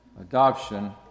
adoption